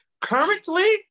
Currently